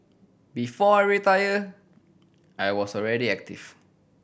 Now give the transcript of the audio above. before I retired I was already active